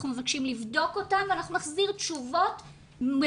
אנחנו מבקשים לבדוק אותם ואנחנו נחזיר תשובות מבוססות.